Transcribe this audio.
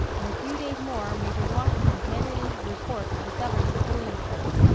in a few days more, major washington handed in his report to the governor at williamsburg.